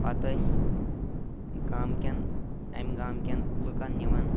پَتہٕ ٲسۍ گامکٮ۪ن امہِ گامکٮ۪ن لُکن نِوان